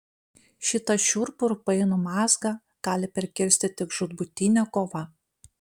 šitą šiurpų ir painų mazgą gali perkirsti tik žūtbūtinė kova